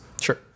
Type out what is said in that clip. Sure